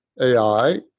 AI